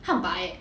他很白 eh